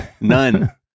None